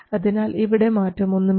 അതിനാൽ ഇവിടെ മാറ്റമൊന്നുമില്ല